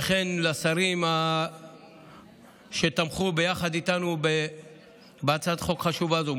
וכן לשרים שתמכו יחד איתנו בהצעת חוק חשובה זו.